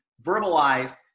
verbalize